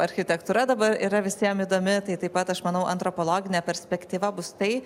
architektūra dabar yra visiem įdomi tai taip pat aš manau antropologinė perspektyva bus tai